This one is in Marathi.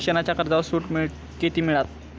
शिक्षणाच्या कर्जावर सूट किती मिळात?